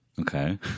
Okay